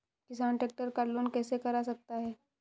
किसान ट्रैक्टर का लोन कैसे करा सकता है?